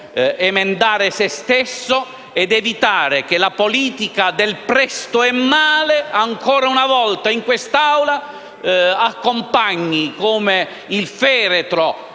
emendare se stesso ed evitare che la politica del presto e male ancora una volta in quest'Aula accompagnasse, come il feretro